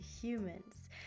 humans